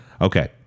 Okay